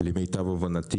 למיטב הבנתי,